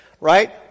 Right